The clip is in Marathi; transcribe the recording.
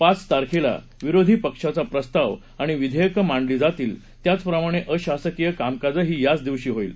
पाच तारखेला विरोधी पक्षाचा प्रस्ताव आणि विधेयकं मांडली जातील त्याचप्रमाणे अशासकीय कामकाजही याच दिवशी होईल